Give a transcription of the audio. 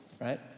right